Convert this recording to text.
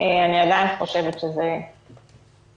אני עדיין חושבת שזה המצב.